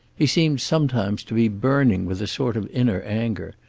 he seemed, sometimes, to be burning with a sort of inner anger.